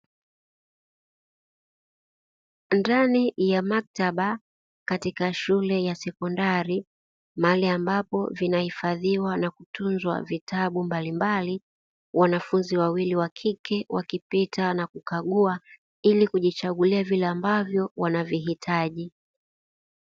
Ndani ya maktaba, katika shule ya sekondari, mahali ambapo vinahifadhiwa na kutunzwa vitabu mbalimbali. Wanafunzi wawili wa kike wakipita na kukagua ili kujichagulia vile ambavyo wanavihitaji.